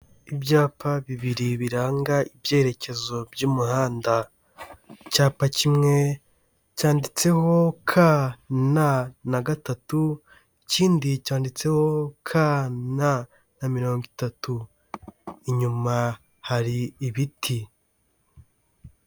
Ibyapa bibiri biranga ibyerekezo by'umuhanda, icyapa kimwe cyanditseho KN na gatatu, ikindi cyanditseho KN na mirongo itatu, inyuma hari ibiti.